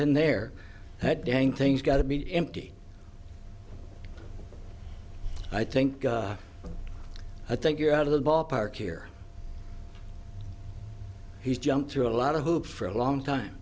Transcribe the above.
in there that dang things got to be empty i think i think you're out of the ballpark here he's jumped through a lot of hoops for a long time